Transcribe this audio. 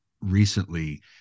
recently